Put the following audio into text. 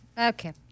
Okay